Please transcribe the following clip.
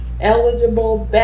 eligible